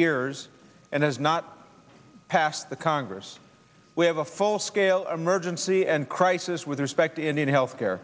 years and has not passed the congress we have a full scale emergency and crisis with respect in health care